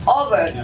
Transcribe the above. over